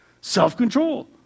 Self-control